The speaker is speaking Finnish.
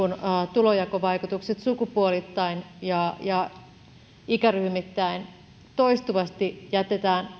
tulojakovaikutukset sukupuolittain ja ja ikäryhmittäin toistuvasti jätetään